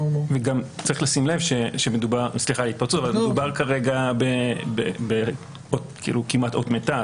גם צריך לשים לב שמדובר כרגע כמעט ב"אות מתה".